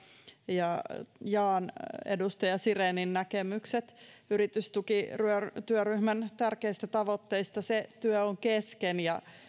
ja jaan edustaja sirenin näkemykset yritystukityöryhmän tärkeistä tavoitteista se työ on kesken ja